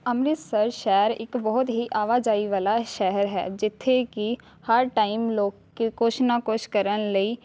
ਅੰਮ੍ਰਿਤਸਰ ਸ਼ਹਿਰ ਇੱਕ ਬਹੁਤ ਹੀ ਆਵਾਜਾਈ ਵਾਲਾ ਸ਼ਹਿਰ ਹੈ ਜਿੱਥੇ ਕਿ ਹਰ ਟਾਈਮ ਲੋਕ ਕੁਛ ਨਾ ਕੁਛ ਕਰਨ ਲਈ